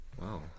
Wow